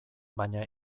baina